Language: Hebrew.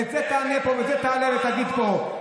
את זה תעלה ותגיד פה.